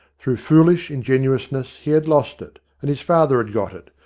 through foolish ingenuousness he had lost it, and his father had got it,